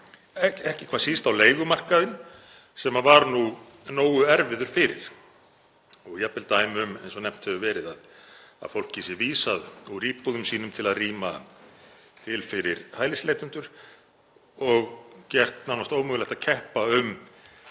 ekki hvað síst á leigumarkaðinn sem var nú nógu erfiður fyrir og jafnvel dæmi um, eins og nefnt hefur verið, að fólki sé vísað úr íbúðum sínum til að rýma til fyrir hælisleitendum og gert nánast ómögulegt að keppa um